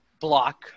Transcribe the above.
block